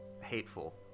hateful